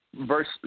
verse